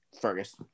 Fergus